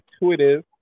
intuitive